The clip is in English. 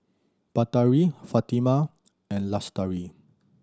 Batari Fatimah and Lestari